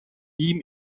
ihm